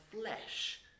flesh